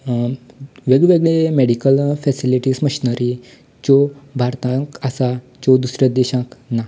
वेगवेगळे medical facilities machinery ज्यो भारतांत आसा ज्यो दुसऱ्या देशांत ना